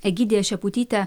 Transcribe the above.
egidija šeputyte